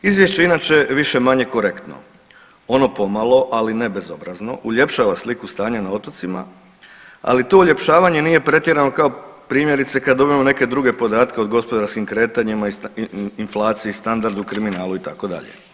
Izvješće je inače više-manje korektno, ono pomalo, ali ne bezobrazno uljepšava sliku stanja na otocima, ali to uljepšavanje nije pretjerano kao primjerice kad dobivamo neke druge podatke o gospodarskim kretanjima, inflaciji, standardu, kriminalu itd.